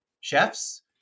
chefs